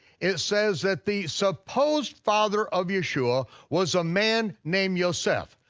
it says that the supposed father of yeshua was a man named yoseph,